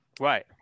Right